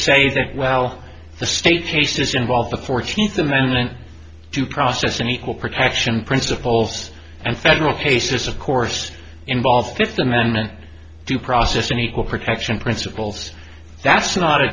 say that well the state's case does involve the fourteenth amendment due process and equal protection principles and federal cases of course involve fifth amendment due process and equal protection principles that's not a